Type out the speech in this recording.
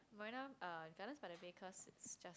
Marina um Gardens-By-The-Bay cause it's just